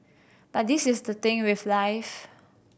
but this is the thing with life